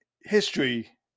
history